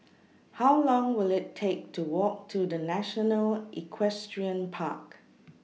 How Long Will IT Take to Walk to The National Equestrian Park